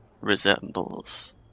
resembles